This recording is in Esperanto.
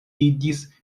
iĝis